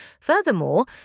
Furthermore